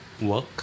work